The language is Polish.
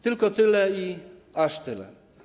Tylko tyle i aż tyle.